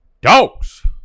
dogs